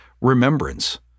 remembrance